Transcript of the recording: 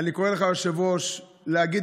לבן אדם